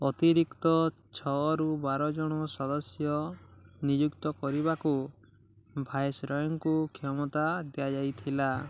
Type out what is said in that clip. ଅତିରିକ୍ତ ଛଅରୁ ବାର ଜଣ ସଦସ୍ୟ ନିଯୁକ୍ତ କରିବାକୁ ଭାଇସରୟଙ୍କୁ କ୍ଷମତା ଦିଆଯାଇଥିଲା